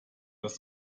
das